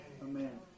Amen